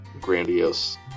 grandiose